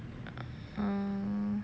um